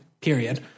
period